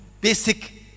basic